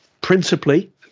principally